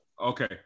Okay